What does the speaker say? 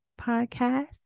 Podcast